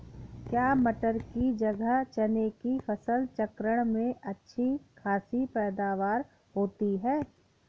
क्या मटर की जगह चने की फसल चक्रण में अच्छी खासी पैदावार होती है?